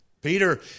Peter